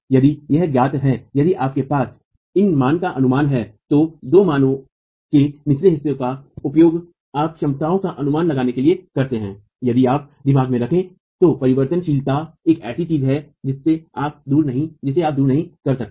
यदि यह ज्ञात है यदि आपके पास इन मान का अनुमान है तो दो मानों के निचले हिस्से का उपयोग आप क्षमताओं का अनुमान लगाने के लिए करते हैं जिसे आप दिमाग में रखें परिवर्तनशीलता एक ऐसी चीज है जिसे आप दूर नहीं कर सकते